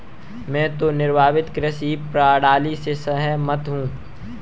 मैं तो निर्वाह कृषि की प्रणाली से सहमत हूँ